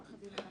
עו"ד הדס